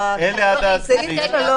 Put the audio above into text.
אי אפשר גם להגיד שצריך מצב